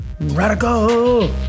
radical